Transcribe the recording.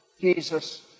Jesus